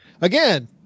Again